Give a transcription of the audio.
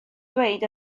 dweud